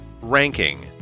Ranking